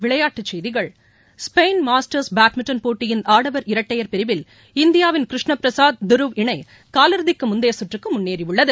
விளையாட்டுச் செய்திகள் Spain masters badminton போட்டியின் ஆடவர் இரட்டையர் பிரிவில் இந்தியாவின் கிருஷ்ண பிரசாத் துருவ் இணை காலிறுதிக்கு முந்தைய சுற்றுக்கு முன்னேறியுள்ளது